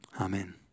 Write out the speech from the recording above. Amen